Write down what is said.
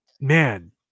man